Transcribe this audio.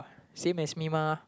same as me mah